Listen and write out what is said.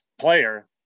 player